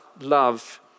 love